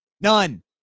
None